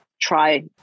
try